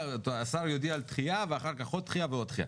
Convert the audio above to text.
השר יודיע על דחייה ואחר כך עוד דחייה ועוד דחייה,